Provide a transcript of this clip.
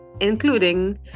including